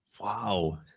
Wow